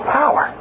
power